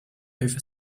over